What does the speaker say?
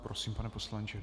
Prosím, pane poslanče.